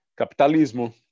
capitalismo